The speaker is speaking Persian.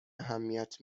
اهمیت